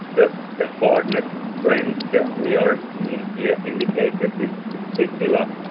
so the hardness trends that we are seeing here indicate that this particular